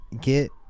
get